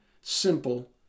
simple